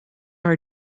are